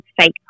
fake